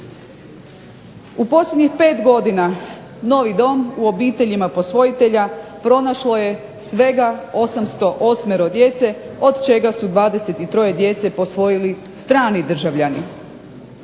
U posljednjih 5 godina novi dom u obiteljima posvojitelja pronašlo je svega 808 djece od čega su 23 djece posvojili strani državljani.